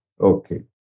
Okay